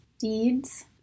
deeds